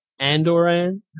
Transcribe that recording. Andoran